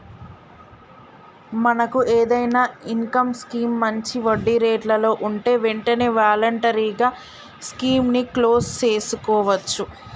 మనకు ఏదైనా income scheme మంచి వడ్డీ రేట్లలో ఉంటే వెంటనే వాలంటరీగా స్కీమ్ ని క్లోజ్ సేసుకోవచ్చు